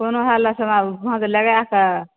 कोनो हालतमे हमरा भाँज लगाके